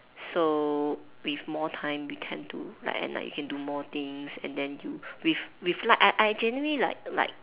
so with more time we can do like at night we can do more things and then you with with light I I generally like like